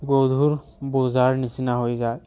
গধুৰ বোজাৰ নিচিনা হৈ যায়